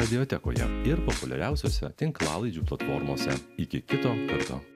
mediatekoje ir populiariausiose tinklalaidžių platformose iki kito karto